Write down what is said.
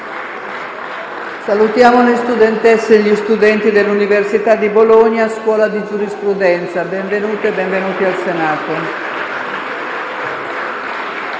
saluto le studentesse e gli studenti dell'Università di Bologna, Scuola di giurisprudenza. Benvenute e benvenuti in Senato.